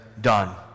done